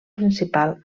principal